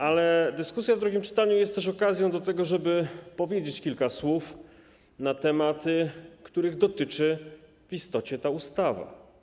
Ale dyskusja w drugim czytaniu jest też okazją do tego, żeby powiedzieć kilka słów na tematy, których w istocie dotyczy ta ustawa.